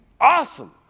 awesome